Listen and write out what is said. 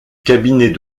cabinet